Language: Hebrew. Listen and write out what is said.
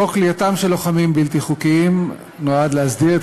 חוק כליאתם של לוחמים בלתי חוקיים נועד להסדיר את